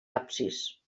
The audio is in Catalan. absis